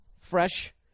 Fresh